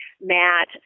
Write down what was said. Matt